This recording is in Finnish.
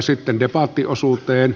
sitten debattiosuuteen